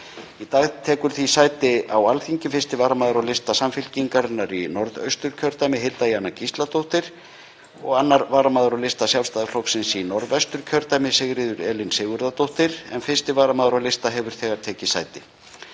Í dag tekur því sæti á Alþingi 1. varamaður á lista Samfylkingarinnar í Norðausturkjördæmi, Hilda Jana Gísladóttir, og 2. varamaður á lista Sjálfstæðisflokksins í Norðvesturkjördæmi, Sigríður Elín Sigurðardóttir, en 1. varamaður á lista hefur þegar tekið sæti.